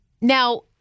Now